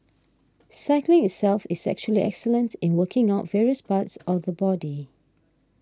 cycling itself is actually excellent in working out various parts of the body